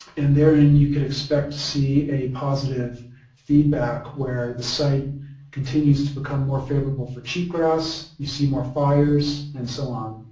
and there in you can expect to see a positive feedback where the site continues to become more favorable for cheatgrass, you see more fires and so on.